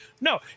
No